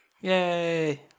Yay